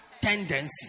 tendencies